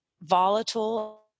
volatile